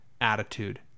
attitude